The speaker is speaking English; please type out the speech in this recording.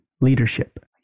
leadership